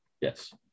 Yes